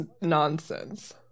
nonsense